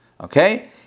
Okay